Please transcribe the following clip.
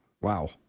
Wow